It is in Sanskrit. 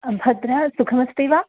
भद्रा सुखमस्ति वा